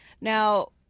Now